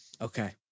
Okay